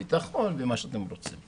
הביטחון ומה שאתה רוצים.